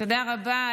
תודה רבה.